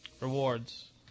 rewards